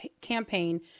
campaign